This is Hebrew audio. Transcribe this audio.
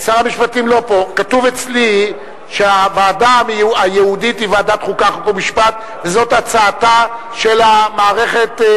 בלשון סגי נהור, ואמר: במסגרת חוק